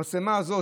המצלמה הזאת,